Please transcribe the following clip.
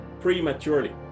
prematurely